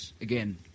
Again